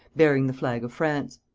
bearing the flag of france.